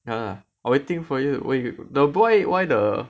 ya waiting for you the boy why the